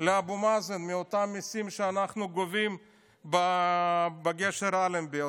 לאבו מאזן מאותם מיסים שאנחנו גובים בגשר אלנבי,